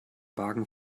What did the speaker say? wagen